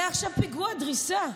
היה עכשיו פיגוע דריסה,